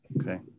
Okay